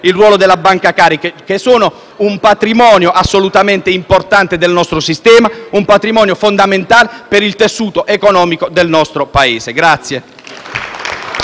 il ruolo delle banche come Banca Carige, che sono un patrimonio assolutamente importante del nostro sistema, un patrimonio fondamentale per il tessuto economico del nostro Paese.